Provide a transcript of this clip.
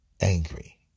angry